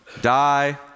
die